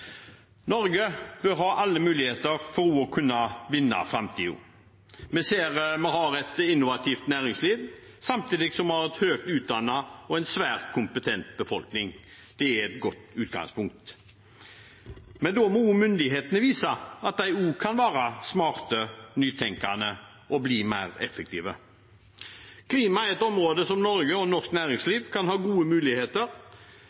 Norge bør ha alle muligheter for også å kunne vinne i framtiden. Vi ser at vi har et innovativt næringsliv, samtidig som vi har en høyt utdannet og svært kompetent befolkning. Det er et godt utgangspunkt. Men da må også myndighetene vise at de kan være smarte, nytenkende og bli mer effektive. Klima er et område der Norge og norsk